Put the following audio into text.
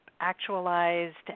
actualized